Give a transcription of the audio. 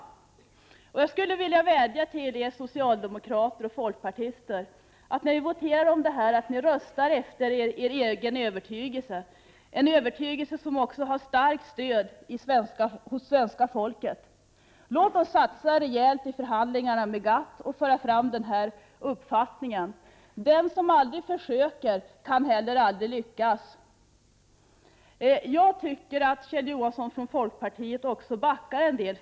Jag vill vädja till er socialdemokrater och folkpartister att i voteringen om detta rösta efter er egen övertygelse — en övertygelse som också har starkt stöd hos svenska folket. Låt oss satsa rejält i förhandlingarna med GATT och föra fram denna uppfattning! Den som aldrig försöker kan heller aldrig lyckas. Kjell Johansson från folkpartiet backar en del.